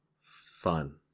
fun